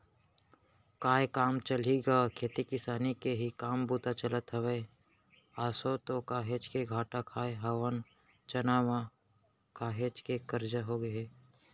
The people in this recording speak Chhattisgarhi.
काय काम चलही गा खेती किसानी के ही काम बूता चलत हवय, आसो तो काहेच के घाटा खाय हवन चना म, काहेच के करजा होगे हे